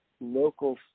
local